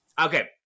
Okay